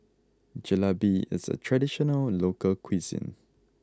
Jalebi is a traditional local cuisine